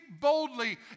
boldly